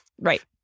Right